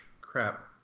Crap